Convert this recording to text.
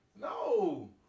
No